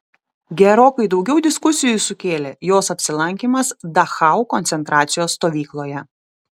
gerokai daugiau diskusijų sukėlė jos apsilankymas dachau koncentracijos stovykloje